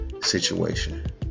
situation